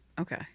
Okay